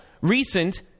recent